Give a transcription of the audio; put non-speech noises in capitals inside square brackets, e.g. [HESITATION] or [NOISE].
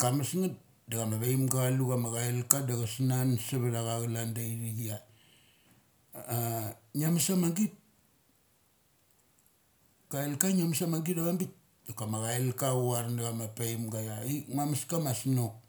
kamesngeth da chama vaimga chalu chama cailka da cha snun suvathana clan da ithik ia, a ma ngia mus ama git? Kail ka [HESITATION] ngia mes amagit avang bik. Dak akam cailka chuvar na chama paimga ia aik nguames kama snok.